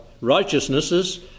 righteousnesses